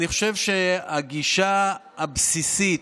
אני חושב שהגישה הבסיסית,